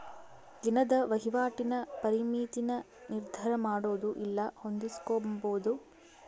ದಿನದ ವಹಿವಾಟಿನ ಪರಿಮಿತಿನ ನಿರ್ಧರಮಾಡೊದು ಇಲ್ಲ ಹೊಂದಿಸ್ಕೊಂಬದು